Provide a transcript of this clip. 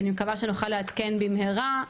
ואני מקווה שנוכל לעדכן במהרה.